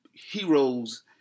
Heroes